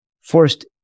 Forced